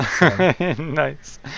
Nice